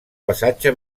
passatge